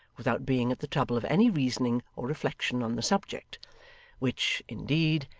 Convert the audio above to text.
without being at the trouble of any reasoning or reflection on the subject which, indeed,